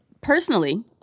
personally